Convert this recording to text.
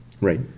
right